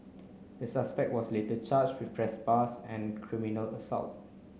the suspect was later charged with trespass and criminal assault